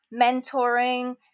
mentoring